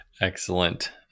Excellent